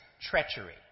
treachery